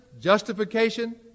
justification